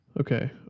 Okay